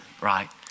right